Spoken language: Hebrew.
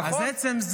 בבקשה.